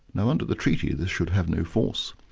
now under the treaty this should have no force.